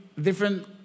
different